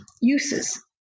uses